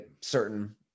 certain